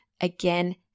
again